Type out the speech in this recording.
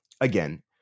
again